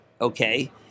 Okay